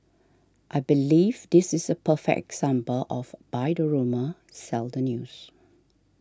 I believe this is a perfect example of buy the rumour sell the news